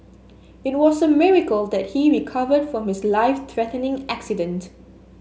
it was a miracle that he recovered from his life threatening accident